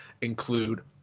include